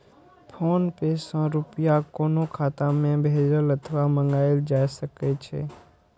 PhonePe सं रुपया कोनो खाता मे भेजल अथवा मंगाएल जा सकै छै